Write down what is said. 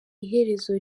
iherezo